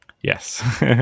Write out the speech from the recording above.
Yes